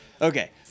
Okay